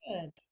Good